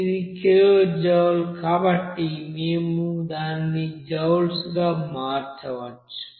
ఇది kilo joule కాబట్టి మేము దానిని జూల్స్ గా మార్చవచ్చు